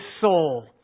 soul